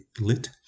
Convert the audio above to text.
lit